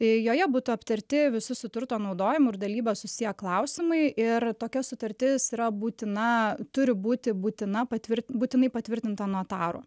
joje būtų aptarti visi su turto naudojimu ir dalyba susiję klausimai ir tokia sutartis yra būtina turi būti būtina patvirt būtinai patvirtinta notaro